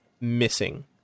missing